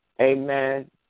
Amen